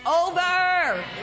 over